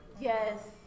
Yes